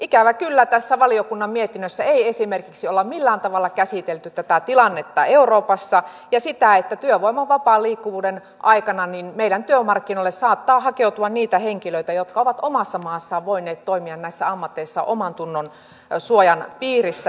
ikävä kyllä tässä valiokunnan mietinnössä ei esimerkiksi olla millään tavalla käsitelty tätä tilannetta euroopassa ja sitä että työvoiman vapaan liikkuvuuden aikana meidän työmarkkinoille saattaa hakeutua niitä henkilöitä jotka ovat omassa maassaan voineet toimia näissä ammateissa omantunnonsuojan piirissä